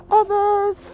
others